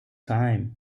time